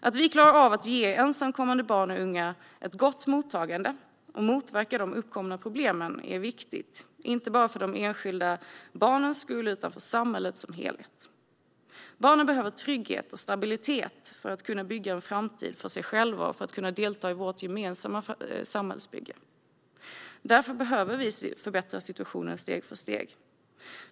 Att vi klarar av att ge ensamkommande barn och unga ett gott mottagande och motverkar de uppkomna problemen är viktigt, inte bara för de enskilda barnens skull utan för samhället som helhet. Barnen behöver trygghet och stabilitet för att kunna bygga en framtid för sig själva och kunna delta i vårt gemensamma samhällsbygge. Därför behöver vi förbättra situationen steg för steg.